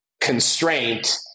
constraint